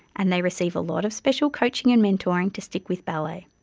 and they receive a lot of special coaching and mentoring to stick with ballet,